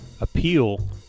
appeal